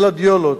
גלדיולות,